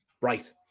right